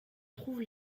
trouve